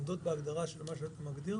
עומדות בהגדרה של מה שאתה מגדיר